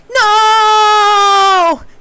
no